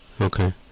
Okay